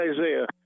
Isaiah